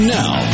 now